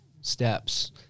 steps